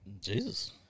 Jesus